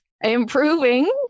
improving